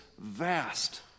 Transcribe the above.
vast